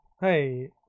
Hey